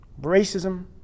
racism